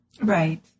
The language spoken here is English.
Right